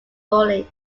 bowling